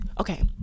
okay